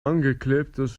angeklebtes